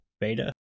beta